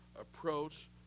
approach